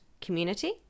community